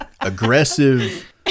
aggressive